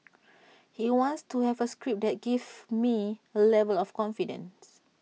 he wants to have A script that gives me A level of confidence